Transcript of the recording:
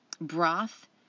Broth